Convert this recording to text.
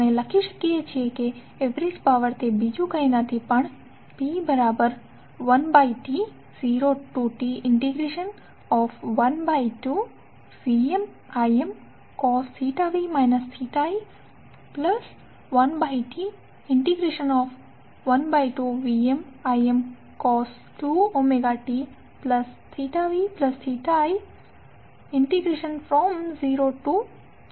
આપણે લખી શકીએ છીએ કે એવરેજ પાવર તે બીજું કઈ નહિ પણ P1T0T12VmImcos v i 1T0T12VmImcos 2tvi છે